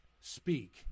speak